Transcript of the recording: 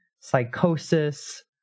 psychosis